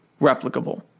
replicable